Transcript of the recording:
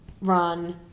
run